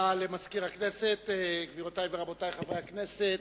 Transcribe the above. התשס"ט 2009, מאת חברת הכנסת